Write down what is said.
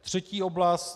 Třetí oblast.